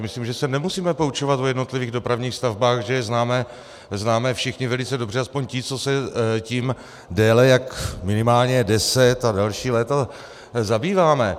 Myslím, že se nemusíme poučovat o jednotlivých dopravních stavbách, že je známe všichni velice dobře, aspoň ti, co se tím déle jak minimálně deset a další léta zabýváme.